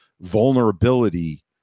vulnerability